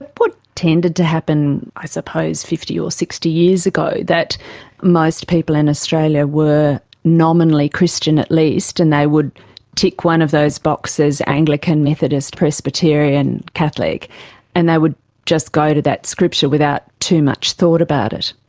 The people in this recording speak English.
what tended to happen i suppose fifty or sixty years ago, that most people in australia were nominally christian at least, and they would tick one of those boxes anglican, methodist, presbyterian, catholic and they would just go to that scripture without too much thought about it.